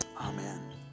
amen